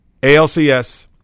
ALCS